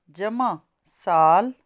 ਜਮ੍ਹਾਂ ਸਾਲ